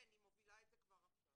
כן, היא מובילה את זה כבר עכשיו.